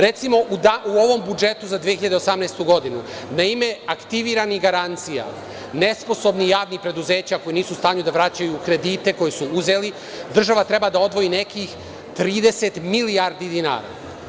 Recimo, u ovom budžetu za 2018. godinu, na ime aktiviranih garancija nesposobnih javnih preduzeća koja nisu u stanju da vraćaju kredite koje su uzeli, država treba da odvoji nekih 30 milijardi dinara.